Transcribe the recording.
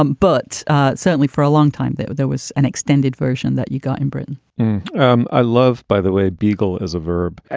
um but certainly for a long time, there there was an extended version that you got in britain um i loved by the way, biegel is a verb.